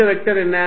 இந்த வெக்டர் என்ன